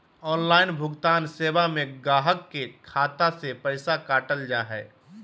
online भुगतान सेवा में गाहक के खाता से पैसा काटल जा हइ